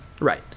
Right